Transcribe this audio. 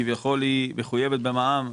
כביכול היא מחויבת במע"מ,